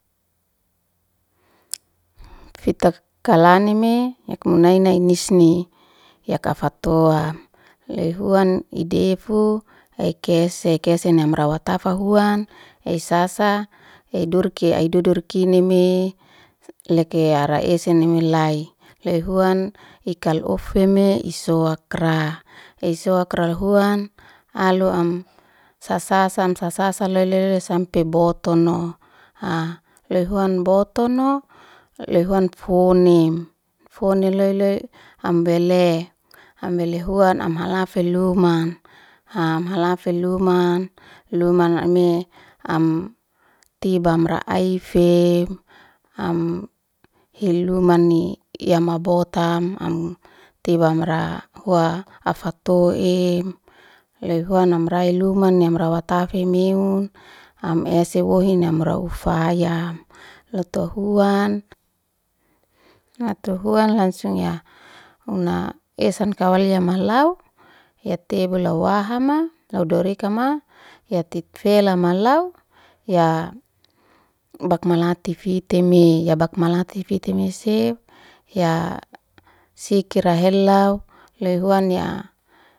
Fita kanani me yak munaina inshni, ya kafatoa luhuan ldifu, ekese, ekese na mrwatafa huan sasa, edurki edurkikini me leke ya raese nu mlai. Luhuan ikalofeme, isoakra, esoakra luhuan alu amsa sasa. Amsa sasa lelelee sampe botono, ha loyhuan botono, lihuan fune. Fune lulelele ambele ambele huan amhafe luman amhalafe luman luman ame tiba mraaife hiluamani yama bota tiba mraa hua katatoa. Luhuan amra hilumani mrewatafeme un ese wuhini mraa ufaya. Luto huan luto huan langusung una esan kawalia malaw ya tabla wahama lau dorikama ya titfela malau ya bakmatifiteme, yak balatimitef ya sekira helau loyhuan ya.